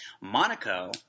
Monaco